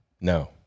No